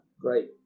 great